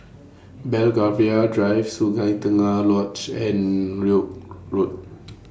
Belgravia Drive Sungei Tengah Lodge and York Road